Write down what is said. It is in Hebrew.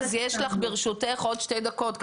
אז יש לך ברשותך עוד 2 דקות,